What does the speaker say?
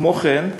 כמו כן,